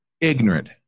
Ignorant